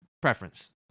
Preference